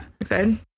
Excited